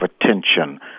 attention